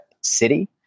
city